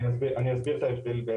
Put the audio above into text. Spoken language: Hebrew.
אני אסביר את ההבדל,